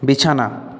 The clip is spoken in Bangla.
বিছানা